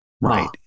Right